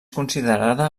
considerada